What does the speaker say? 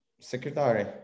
secretary